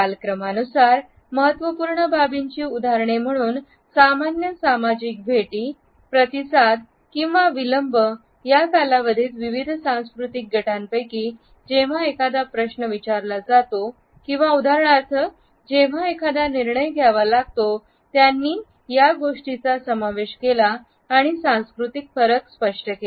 कालक्रमानुसार महत्वपूर्ण बाबींची उदाहरणे म्हणून सामान्य सामाजिक भेटी प्रतिसाद केव्हा विलंब या कालावधीत विविध सांस्कृतिक गटांपैकी जेव्हा एखादा प्रश्न विचारला जातो किंवा उदाहरणार्थ एखादा निर्णय घ्यावा लागतो त्यांनी या गोष्टींचा समावेश केला आणि सांस्कृतिक फरक स्पष्ट केला